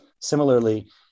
similarly